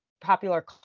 popular